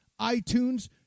iTunes